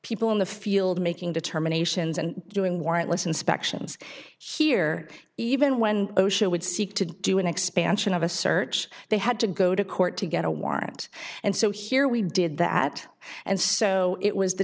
people in the field making determinations and doing warrantless inspections here even when osha would seek to do an expansion of a search they had to go to court to get a warrant and so here we did that and so it was the